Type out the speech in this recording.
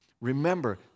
Remember